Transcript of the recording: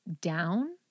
down